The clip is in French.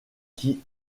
qui